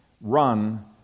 run